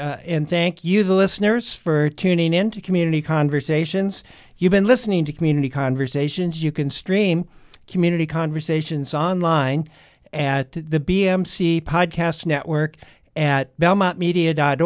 and thank you the listeners for tuning into community conversations you've been listening to community conversations you can stream community conversations online and the b m see the podcast network and belmont media dot